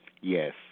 Yes